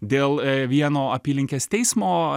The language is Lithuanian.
dėl vieno apylinkės teismo